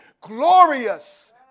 glorious